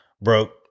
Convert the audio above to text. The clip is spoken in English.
Broke